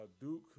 Duke